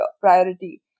priority